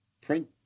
print